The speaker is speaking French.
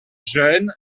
jeunes